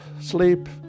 sleep